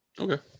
Okay